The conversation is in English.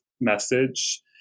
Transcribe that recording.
message